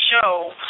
show